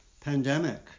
pandemic